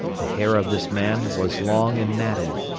the hair of this man was long and matted,